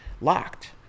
locked